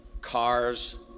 cars